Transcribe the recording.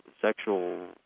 sexual